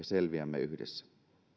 selviämme yhdessä